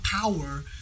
power